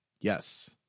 Yes